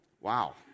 Wow